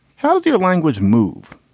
how does your language move?